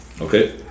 Okay